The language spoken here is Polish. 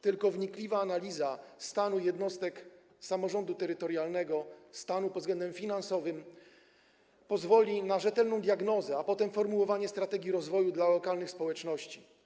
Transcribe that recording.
Tylko wnikliwa analiza stanu jednostek samorządu terytorialnego pod względem finansowym pozwoli na rzetelną diagnozę, a potem formułowanie strategii rozwoju dla lokalnych społeczności.